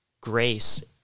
grace